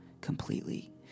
completely